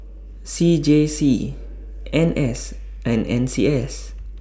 C J C N S and N C S